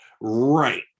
right